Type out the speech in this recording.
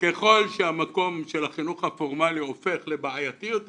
ככל שהמקום של החינוך הפורמלי הופך לבעייתי יותר